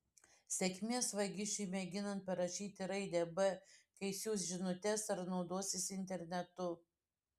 sėkmės vagišiui mėginant parašyti raidę b kai siųs žinutes ar naudosis internetu